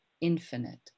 infinite